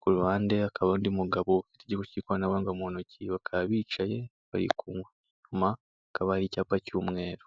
ku ruhande hakaba undi mugabo ufite igikoresho cy'ikoranabuhanga mu ntoki, bakaba bicaye barikunywa, inyuma hakaba hari icyapa cy'umweru.